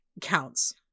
counts